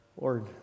Lord